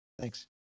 Thanks